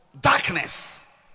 Darkness